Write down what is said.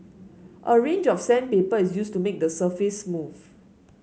a range of sandpaper is used to make the surface smooth